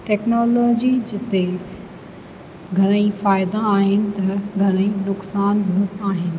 technology जिते घणई फ़ाइदा आहिनि त घणई नुक़सानु बि आहिनि